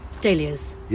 dahlias